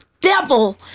devil